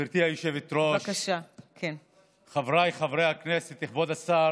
גברתי היושבת-ראש, חבריי חברי הכנסת, כבוד השר,